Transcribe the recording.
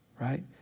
right